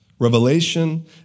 Revelation